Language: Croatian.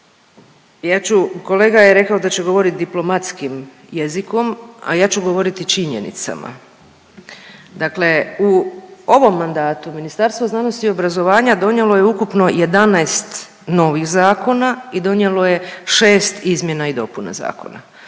ja ću, kolega je rekao da će govoriti diplomatskim jezikom, a ja ću govoriti činjenicama. Dakle u ovom mandatu, Ministarstvo znanosti i obrazovanja donijelo je ukupno 11 novih zakona i donijelo je 6 izmjena i dopuna zakona,